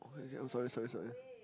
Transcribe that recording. okay I'm sorry sorry sorry